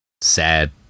Sad